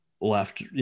left